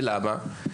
למה?